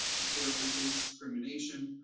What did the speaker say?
historically faced discrimination,